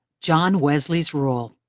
john wesley's rule.